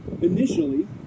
Initially